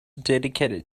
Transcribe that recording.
dedicated